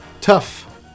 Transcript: tough